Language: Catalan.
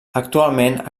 actualment